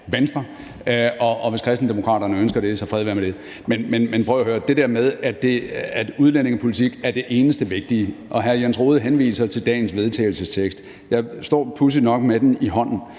Venstre. Og hvis Kristendemokraterne ønsker det, så fred være med det. Men i forhold til det der med, at udlændingepolitik er det eneste vigtige, og hvor hr. Jens Rohde henviser til dagens vedtagelsestekst, står jeg pudsigt nok med den i hånden,